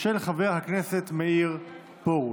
מס' 592, של חבר הכנסת מאיר פרוש.